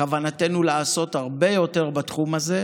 בכוונתנו לעשות הרבה יותר בתחום הזה,